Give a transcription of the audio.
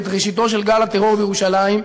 בראשיתו של גל הטרור בירושלים,